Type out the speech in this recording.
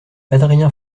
adrien